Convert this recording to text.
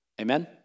Amen